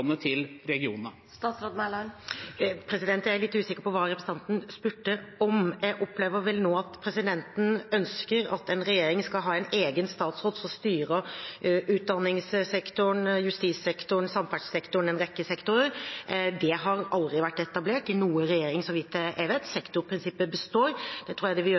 til regionene. Jeg er litt usikker på hva representanten spurte om. Jeg opplever nå at representanten ønsker at regjeringen skal ha en egen statsråd som styrer utdanningssektoren, justissektoren, samferdselssektoren – en rekke sektorer. Det har aldri vært etablert i noen regjering, så vidt jeg vet. Sektorprinsippet består. Det tror jeg det vil gjøre